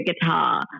guitar